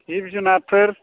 जिब जुनारफोर